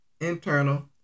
internal